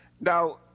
now